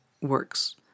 works